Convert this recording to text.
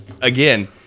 again